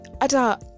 ata